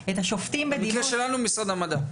במקרה שלנו משרד המדע.